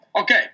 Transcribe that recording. Okay